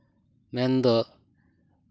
ᱢᱮᱱ ᱫᱚ